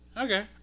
Okay